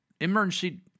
emergency